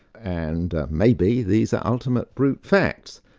and maybe these are ultimate brute facts,